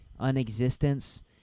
unexistence